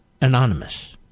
Anonymous